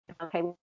okay